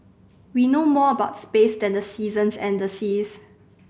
we know more about space than the seasons and the seas